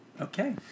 Okay